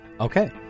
Okay